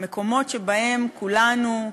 המקומות שבהם כולנו,